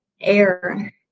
air